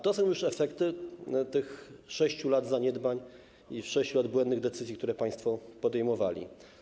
To są już efekty tych 6 lat zaniedbań i 6 lat błędnych decyzji, które państwo podejmowali.